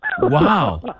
Wow